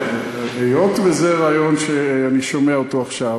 היות שזה רעיון שאני שומע אותו עכשיו,